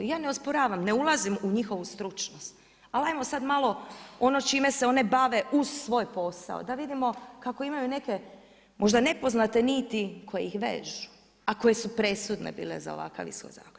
Ja ne osporavam, ne ulazim u njihovu stručnost, ali ajmo sad malo, ono čime se one bave uz svoj posao, da vidimo da imaju neke možda nepoznate niti kojih ih vežu, a koje su presudne bile za ovakav ishod zakona.